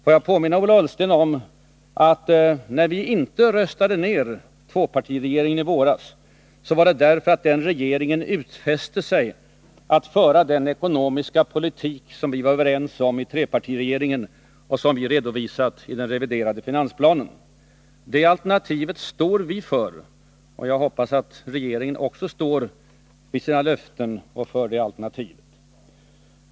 Får jag då påminna Ola Ullsten om att när vi inte röstade ned tvåpartiregeringen i våras, så var det därför att den regeringen utfäste sig att föra den ekonomiska politik som vi var överens om i trepartiregeringen och som vi hade redovisat i den reviderade finansplanen. Det alternativet står vi för, och jag hoppas att regeringen också står fast vid det.